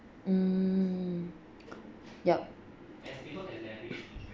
mm yup